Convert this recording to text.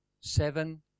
seven